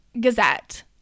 Gazette